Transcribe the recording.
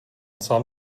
sám